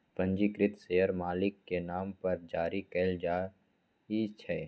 पंजीकृत शेयर मालिक के नाम पर जारी कयल जाइ छै